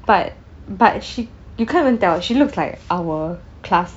but but she you can't even tell she looks like our class